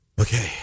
okay